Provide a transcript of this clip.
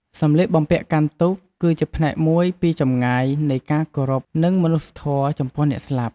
សម្លៀកបំពាក់កាន់ទុក្ខ គឺជាផ្នែកមួយពីចម្ងាយនៃការគោរពនិងមនុស្សធម៌ ចំពោះអ្នកស្លាប់។